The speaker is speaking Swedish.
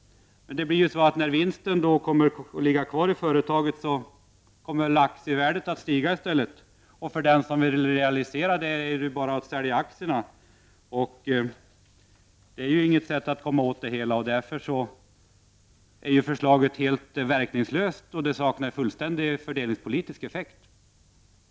Men när vinsten då kommer att ligga kvar i företaget, kommer väl aktievärdet att stiga i stället. Och för den som vill realisera det är det ju bara att sälja aktierna. Det är ju inget sätt att komma åt problemet, och därför är förslaget helt verkningslöst. Och det saknar fullständigt fördelningspolitisk effekt.